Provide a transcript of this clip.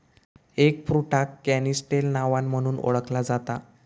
एगफ्रुटाक canistel नावान म्हणुन ओळखला जाता